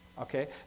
Okay